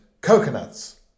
coconuts